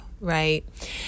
right